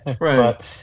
right